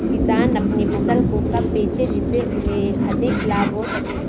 किसान अपनी फसल को कब बेचे जिसे उन्हें अधिक लाभ हो सके?